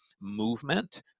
movement